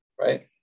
Right